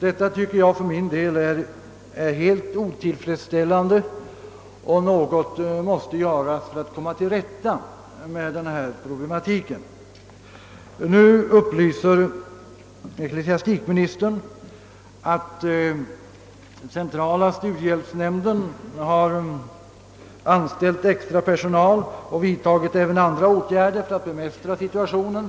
Detta tycker jag är helt otillfredsställande, och något måste göras. Ecklesiastikministern upplyser i sitt svar om att centrala studiehjälpsnämnden har anställt extra personal och vidtagit även andra åtgärder för att bemästra situationen.